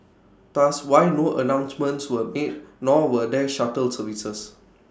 thus why no announcements were made nor were there shuttle services